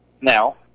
Now